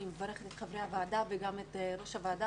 אני מברכת את חברי הוועדה וגם את ראש הוועדה,